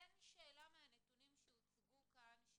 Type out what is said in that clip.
אין שאלה מהנתונים שהוצגו כאן,